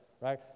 right